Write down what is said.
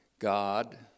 God